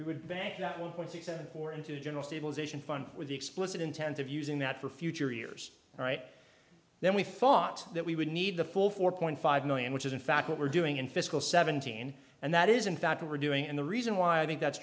we would bank that one point six or into general stabilization fund with the explicit intent of using that for future years right then we thought that we would need the full four point five million which is in fact what we're doing in fiscal seventeen and that is in fact we're doing and the reason why i think that's